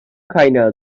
kaynağı